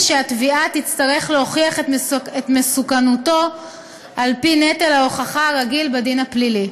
שהתביעה תצטרך להוכיח את מסוכנותו על-פי נטל ההוכחה הרגיל בדין הפלילי.